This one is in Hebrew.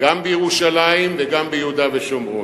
גם בירושלים וגם ביהודה ושומרון.